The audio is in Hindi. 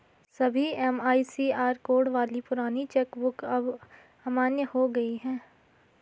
सभी एम.आई.सी.आर कोड वाली पुरानी चेक बुक अब अमान्य हो गयी है